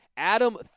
Adam